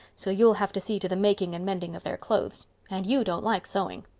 so you'll have to see to the making and mending of their clothes. and you don't like sewing.